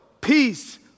peace